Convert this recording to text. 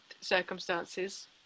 circumstances